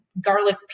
garlic